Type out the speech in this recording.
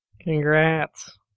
Congrats